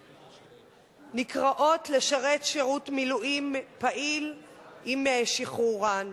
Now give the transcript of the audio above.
נקראות לשרת שירות מילואים פעיל עם שחרורן.